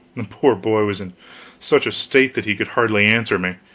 the poor boy was in such a state that he could hardly answer me.